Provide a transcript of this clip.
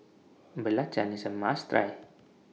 Belacan IS A must Try